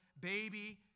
baby